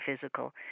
physical